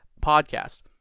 podcast